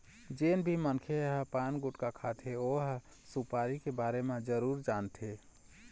जेन भी मनखे ह पान, गुटका खाथे ओ ह सुपारी के बारे म जरूर जानथे